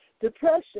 depression